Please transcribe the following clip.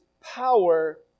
power